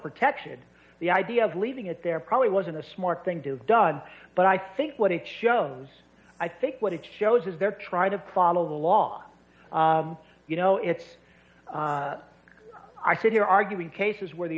protection the idea of leaving it there probably wasn't a smart thing to done but i think what it shows i think what it shows is they're trying to follow the law you know it's i sit here arguing cases where the